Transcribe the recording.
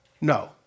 No